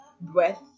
breath